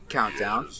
Countdown